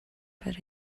but